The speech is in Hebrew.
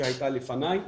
שהייתה לפניי,